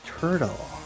Turtle